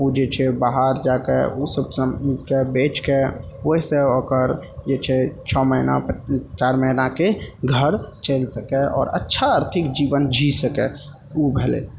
उ जे छै बाहर जाके उसब सामानके बेचके ओइ से ओकर जे छै छओ महीना चार महीनाके घर चलि सकय आओर अच्छा आर्थिक जीवन जी सक उ भेलय